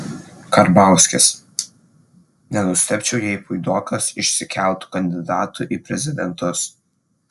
karbauskis nenustebčiau jei puidokas išsikeltų kandidatu į prezidentus